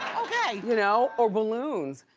okay. you know, or balloons.